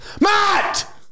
Matt